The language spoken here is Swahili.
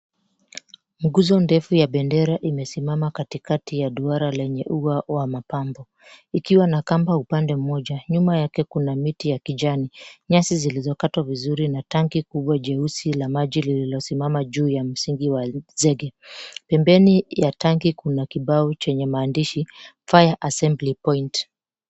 Nguzo ndefu ya bendera imesimama katikati ya duara lenye ua wa mapambo ikiwa na kamba upande mmoja, nyuma yake kuna miti ya kijani, nyasi zilizokatwa vizuri na tanki kubwa jeusi la maji lililosimama juu ya msingi wa zege. Pembeni ya tanki kuna kibao chenye maandishi, Fire Assembly Point.